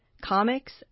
Comics